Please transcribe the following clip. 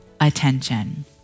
Attention